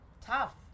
tough